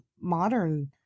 modern